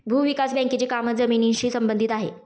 भूविकास बँकेचे काम जमिनीशी संबंधित आहे